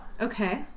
okay